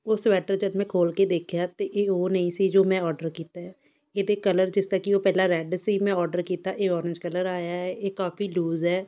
ਉਹ ਸਵੈਟਰ ਜਦ ਮੈਂ ਖੋਲ੍ਹ ਕੇ ਦੇਖਿਆ ਤਾਂ ਇਹ ਉਹ ਨਹੀਂ ਸੀ ਜੋ ਮੈਂ ਔਡਰ ਕੀਤਾ ਹੈ ਇਹਦੇ ਕਲਰ ਜਿਸ ਦਾ ਕਿ ਪਹਿਲਾਂ ਰੈੱਡ ਸੀ ਮੈਂ ਔਡਰ ਕੀਤਾ ਇਹ ਔਰੇਂਜ ਕਲਰ ਦਾ ਆਇਆ ਹੈ ਇਹ ਕਾਫ਼ੀ ਲੂਜ਼ ਹੈ